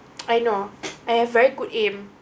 I know I have very good aim